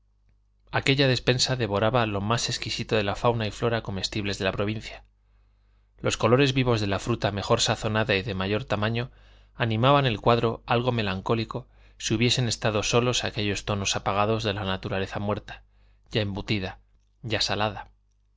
aquella despensa devoraba lo más exquisito de la fauna y la flora comestibles de la provincia los colores vivos de la fruta mejor sazonada y de mayor tamaño animaban el cuadro algo melancólico si hubiesen estado solos aquellos tonos apagados de la naturaleza muerta ya embutida ya salada